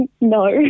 no